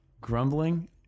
grumbling